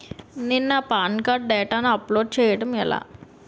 నేను నా PAN card డేటాను అప్లోడ్ చేయడం ఎలా?